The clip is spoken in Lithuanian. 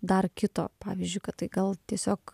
dar kito pavyzdžiui kad tai gal tiesiog